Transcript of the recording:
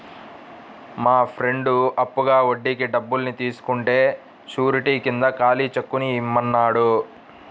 మా ఫ్రెండు అప్పుగా వడ్డీకి డబ్బుల్ని తీసుకుంటే శూరిటీ కింద ఖాళీ చెక్కుని ఇమ్మన్నాడు